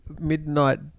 Midnight